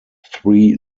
three